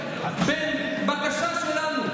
בין בקשה שלנו,